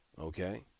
Okay